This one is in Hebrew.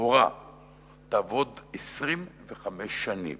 מורה תעבוד 25 שנים